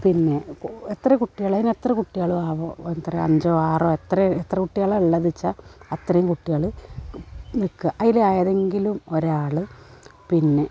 പിന്നെ കൊ എത്ര കുട്ടികൾ അതിനെത്ര കുട്ടികൾ ആവോ എത്ര അഞ്ചോ ആറോ എത്ര എത്ര കുട്ടികളാ ഉള്ളതെച്ച അത്രയും കുട്ടികൾ നിൽക്കുക അതിലെ ഏതെങ്കിലും ഒരാൾ പിന്നെ